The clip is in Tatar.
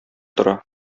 тора